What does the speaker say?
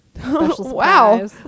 wow